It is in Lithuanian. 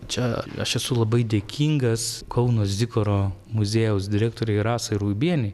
čia aš esu labai dėkingas kauno zikaro muziejaus direktorei rasai ruibienei